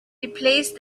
replace